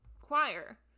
choir